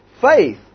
Faith